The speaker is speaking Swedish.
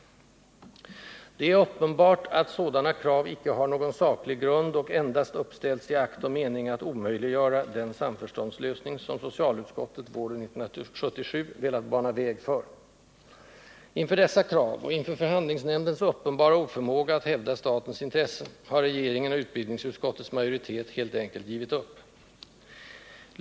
Det är uppenbart att sådana krav icke har någon saklig grund och endast uppställts i akt och mening att omöjliggöra den samförståndslösning, som socialutskottet våren 1977 velat bana väg för. Inför dessa krav, och inför förhandlingsnämndens uppenbara oförmåga att hävda statens intressen, har regeringen och utbildningsutskottets majoritet helt enkelt givit upp.